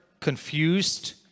confused